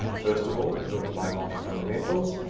first of all, driven by market fundamentals.